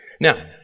Now